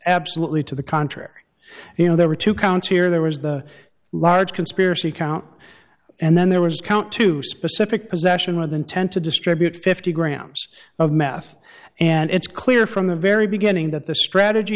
absolutely to the contrary you know there were two counts here there was the large conspiracy count and then there was count two specific possession with intent to distribute fifty grams of meth and it's clear from the very beginning that the strategy